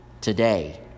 Today